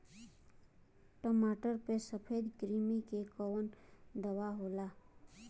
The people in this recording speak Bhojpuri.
टमाटर पे सफेद क्रीमी के कवन दवा होला?